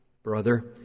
Brother